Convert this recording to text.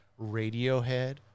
Radiohead